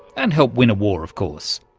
and help win a war, of course.